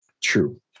True